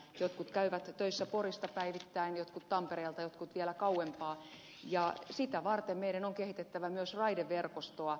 jotkut käyvät töissä porista päivittäin jotkut tampereelta jotkut vielä kauempaa ja sitä varten meidän on kehitettävä myös raideverkostoa